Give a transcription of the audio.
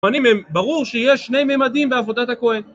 ברור שיש שני ממדים בעבודת הכהן